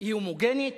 היא הומוגנית.